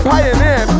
Pioneer